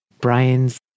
Brian's